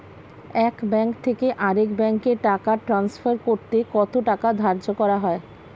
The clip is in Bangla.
এক ব্যাংক থেকে আরেক ব্যাংকে টাকা টান্সফার করতে কত টাকা ধার্য করা হয়?